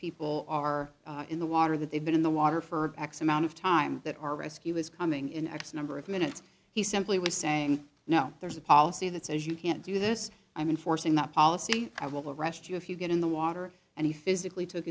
people are in the water that they've been in the water for x amount of time that our rescue is coming in x number of minutes he simply was saying no there's a policy that says you can't do this i mean forcing the policy i will arrest you if you get in the water and he physically took